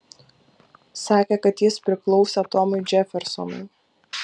sakė kad jis priklausė tomui džefersonui